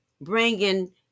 bringing